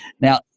Now